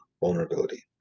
vulnerability